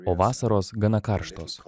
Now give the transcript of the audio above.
o vasaros gana karštos